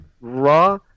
Raw